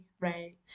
right